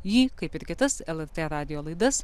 jį kaip ir kitas lrt radijo laidas